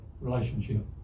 relationship